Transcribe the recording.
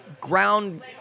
ground